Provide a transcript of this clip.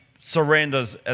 surrenders